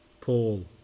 Paul